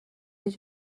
هیچ